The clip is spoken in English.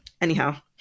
Anyhow